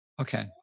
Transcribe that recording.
okay